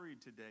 today